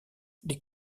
les